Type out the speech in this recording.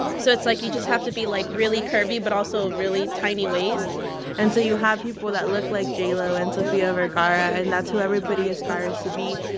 so it's like, you just have to be, like, really curvy but also really tiny waist and so you have people that look like j lo and sofia vergara. and that's who everybody aspires to be.